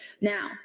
Now